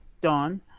Dawn